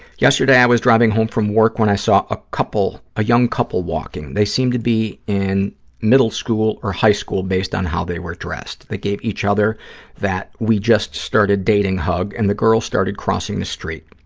yesterday i was driving home from work when i saw a couple, a young couple walking. they seemed to be in middle school or high school based on how they were dressed. they gave each other that we-just-started-dating hug and the girl started crossing the street.